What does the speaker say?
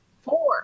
four